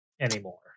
anymore